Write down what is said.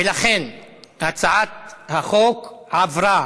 ולכן הצעת החוק עברה,